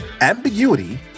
ambiguity